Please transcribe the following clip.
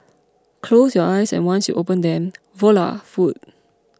close your eyes and once you open them voila food